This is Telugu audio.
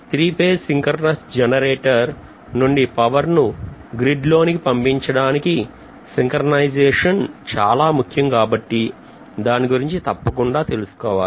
త్రీఫేజ్ synchronous జనరేటర్ నుండి పవర్ ను గ్రిడ్ లోనికి పంపించడానికి synchronization చాలా ముఖ్యం కాబట్టి దాని గురించి తప్పకుండా తెలుసుకోవాలి